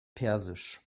persisch